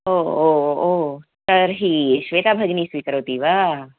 ओ ओ ओ ओ तर्हि श्वेता भगिनी स्वीकरोति वा